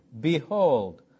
behold